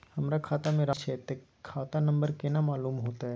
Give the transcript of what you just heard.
हमरा खाता में राशि ने छै ते खाता नंबर केना मालूम होते?